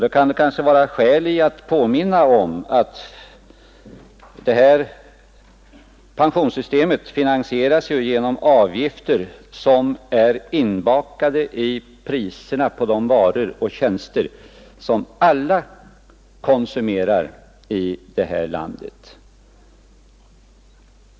Då kan det kanske vara skäl i att påminna om att pensionssystemet finansieras genom avgifter som är inbakade i priserna på de varor och tjänster som alla konsumerar i det här landet.